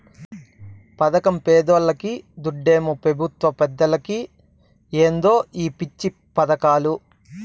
పదకం పేదోల్లకి, దుడ్డేమో పెబుత్వ పెద్దలకి ఏందో ఈ పిచ్చి పదకాలు